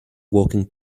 walking